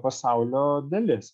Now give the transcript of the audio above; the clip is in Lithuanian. pasaulio dalis